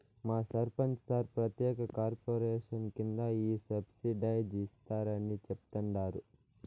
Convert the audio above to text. మా సర్పంచ్ సార్ ప్రత్యేక కార్పొరేషన్ కింద ఈ సబ్సిడైజ్డ్ ఇస్తారని చెప్తండారు